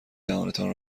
دهانتان